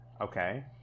okay